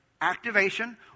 activation